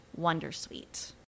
Wondersuite